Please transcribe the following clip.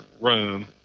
room